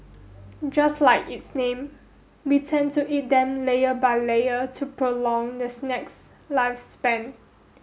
just like its name we tend to eat them layer by layer to prolong the snack's lifespan